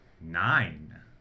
nine